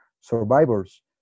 survivors